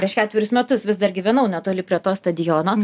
prieš ketverius metus vis dar gyvenau netoli prie to stadiono